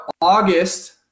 August